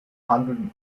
hundred